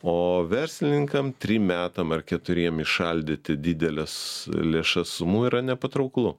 o verslininkam trim metam ar keturiem įšaldyti dideles lėšas sumų yra nepatrauklu